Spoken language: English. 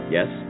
Yes